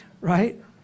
right